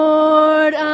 Lord